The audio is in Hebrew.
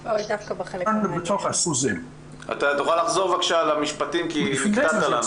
--- אתה יכול לחזור על שני המשפטים האחרונים כי נקטעת.